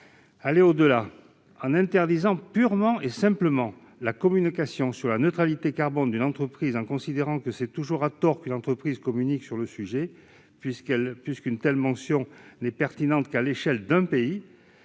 Aller au-delà et interdire purement et simplement la communication sur la neutralité carbone d'une entreprise en considérant que c'est toujours à tort qu'une entreprise communique sur le sujet, puisqu'une telle mention n'est pertinente qu'à l'échelle d'un pays,